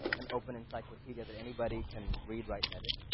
an open encyclopedia that anybody can read, write, and edit.